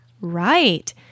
Right